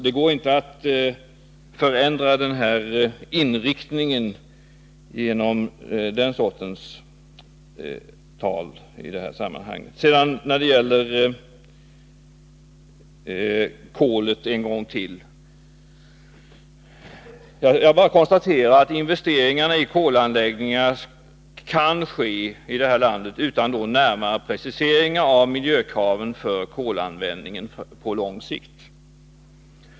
Det går inte att bortförklara den förändrade inriktningen genom den sortens tal. Jag konstaterar att investeringar i kolanläggningar i det här landet kan göras utan närmare precisering av miljökraven för kolanvändning på lång sikt.